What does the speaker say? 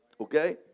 Okay